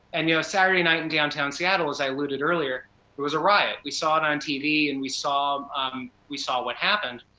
and you know saturday night in downtown seattle as i alluded earlier was a riot. we saw it on tv, and we saw we saw what happened.